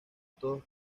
todos